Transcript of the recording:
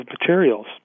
materials